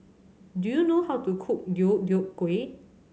do you know how to cook Deodeok Gui